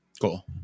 Cool